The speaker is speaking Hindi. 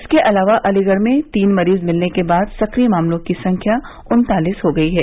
इसके अलावा अलीगढ़ में तीन मरीज मिलने के बाद सक्रिय मामलों की संख्या उन्तालीस हो गई है